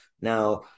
now